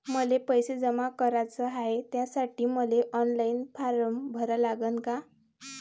मले पैसे जमा कराच हाय, त्यासाठी मले ऑनलाईन फारम भरा लागन का?